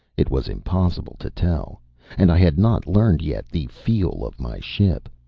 it was impossible to tell and i had not learned yet the feel of my ship.